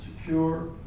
secure